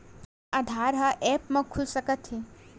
का आधार ह ऐप म खुल सकत हे?